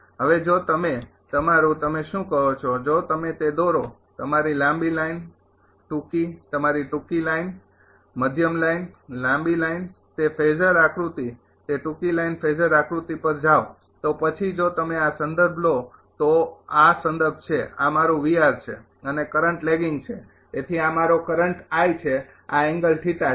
હવે જો તમે તમારું તમે શું કહો છો જો તમે તે દોરો તમારી લાંબી લાઈન ટૂંકી તમારી ટૂંકી લાઈન મધ્યમ લાઈન લાંબી લાઇન તે ફેઝરં આકૃતિ તે ટૂંકી લાઇન ફેઝર આકૃતિ પર જાવ તો પછી જો તમે આ સંદર્ભ લો તો આ સંદર્ભ છે આ મારું છે અને કરંટ લેગિંગ છે તેથી આ મારો કરંટ છે આ એંગલ છે